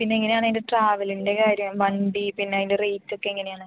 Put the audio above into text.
പിന്നെ എങ്ങനെ ആണ് അതിൻ്റെ ട്രാവലിൻ്റെ കാര്യം വണ്ടി പിന്നെ അതിൻ്റെ റേറ്റ് ഒക്കെ എങ്ങനെയാണ്